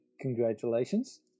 Congratulations